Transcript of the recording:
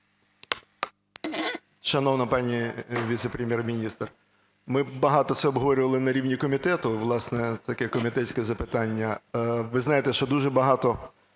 Шановна пані Віце-прем'єр-міністр, ми багато це обговорювали на рівні комітету, власне, таке комітетське запитання. Ви знаєте, що дуже багато